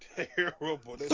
terrible